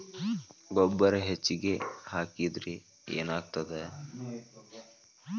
ಗೊಬ್ಬರ ಹೆಚ್ಚಿಗೆ ಹಾಕಿದರೆ ಏನಾಗ್ತದ?